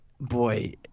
Boy